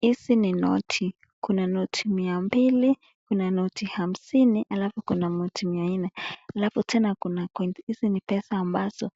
Hizi ni noti kuna noti mia mbili kuna noti hamsini alafu kuna noti mia nne alafu tena kuna coins , hizi ni pesa ambazo